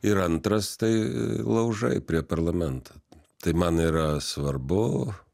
ir antras tai laužai prie parlamento tai man yra svarbu